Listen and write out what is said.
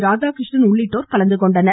ராதாகிருஷ்ணன் உள்ளிட்டோர் கலந்துகொண்டனர்